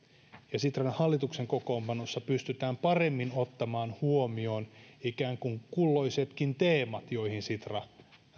ja sitran hallituksen kokoonpanossa pystytään paremmin ottamaan huomioon ikään kuin kulloisetkin teemat joihin sitra